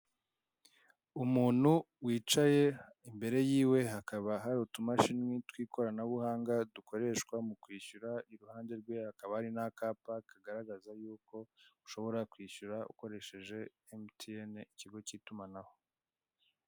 Umuntu wicaye imbere yiwe hakaba hari utumashini tw'ikoranabuhanga dukoreshwa mu kwishyura, iruhande rwe hakaba hari n'akapa kagaragaza y'uko ushobora kwishyura ukoresheje emutiyene ikigo k'itumanaho.